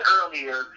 earlier